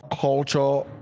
culture